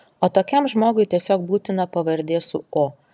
o tokiam žmogui tiesiog būtina pavardė su o